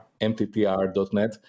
mttr.net